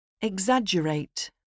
Exaggerate